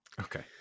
Okay